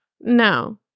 No